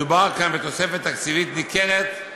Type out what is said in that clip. מדובר כאן בתוספת תקציבית ניכרת,